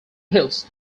hills